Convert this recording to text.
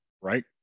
right